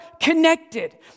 connected